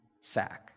sack